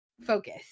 focus